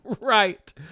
right